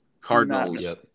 Cardinals